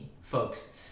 Folks